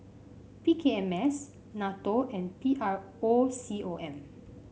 P K M S NATO and P R O C O M